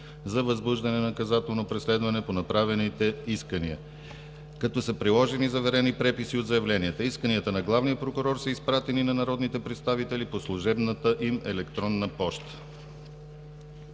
за възбуждане на наказателно преследване по направените искания, като са приложени заверени преписи от заявленията. Исканията на главния прокурор са изпратени на народните представители по служебната им електронна поща.